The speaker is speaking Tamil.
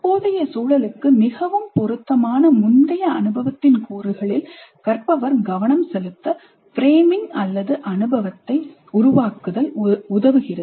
தற்போதைய சூழலுக்கு மிகவும் பொருத்தமான முந்தைய அனுபவத்தின் கூறுகளில் கற்பவர் கவனம் செலுத்த ஃப்ரேமிங்அனுபவத்தை உருவாக்குதல் உதவுகிறது